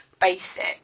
basic